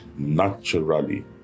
naturally